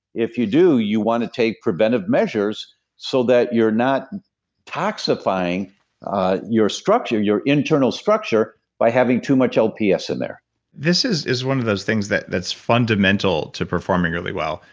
if you do, you want to take preventive measures so that you're not toxifying your structure, your internal structure by having too much lps in there this is is one of those things that's fundamental to performing really well,